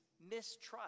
mistrust